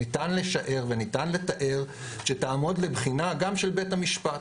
ניתן לשער וניתן לתאר שתעמוד לבחינה גם של בית המשפט,